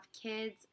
kids